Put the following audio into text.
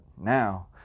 now